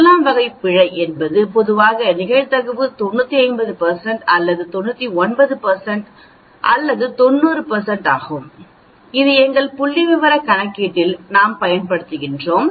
முதலாம் வகை பிழை என்பது பொதுவாக நிகழ்தகவு 95 அல்லது 99 அல்லது 90 ஆகும் இது எங்கள் புள்ளிவிவரக் கணக்கீட்டில் நாம் பயன்படுத்துகிறோம்